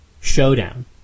showdown